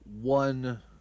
one